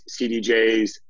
CDJs